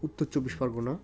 Uttar Chobbish Pargana